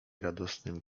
radosnym